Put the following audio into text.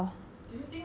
满 fun 的 lor